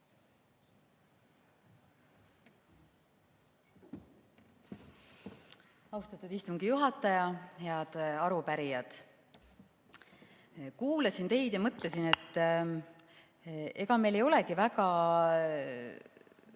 Austatud istungi juhataja! Head arupärijad! Kuulasin teid ja mõtlesin, et ega me ei ole sugugi